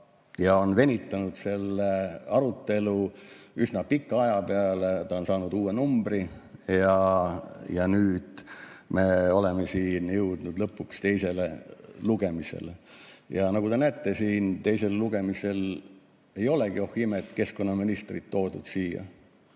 ja on venitanud selle arutelu üsna pika aja peale. Ta on saanud uue numbri ja nüüd me oleme siin jõudnud lõpuks teisele lugemisele. Ja nagu te näete, seekord teisele lugemisele ei olegi, oh imet, keskkonnaministrit toodud.